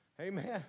Amen